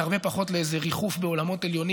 והרבה פחות מאיזה ריחוף בעולמות עליונים